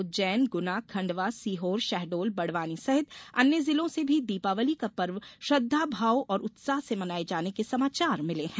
उज्जैन गुना खंडवा सीहोर शहडोल बड़वानी सहित अन्य जिलों से भी दीपावली का पर्व श्रद्धा भाव और उत्साह से मनाये जाने के समाचार मिले हैं